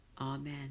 Amen